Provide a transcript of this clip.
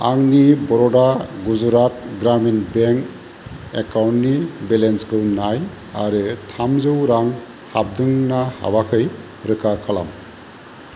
आंनि बर'दा गुजरात ग्रामिन बेंक एकाउन्टनि बेलेन्सखौ नाय आरो थामजौ रां हाबदों ना हाबाखै रोखा खालाम